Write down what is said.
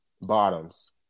bottoms